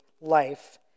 life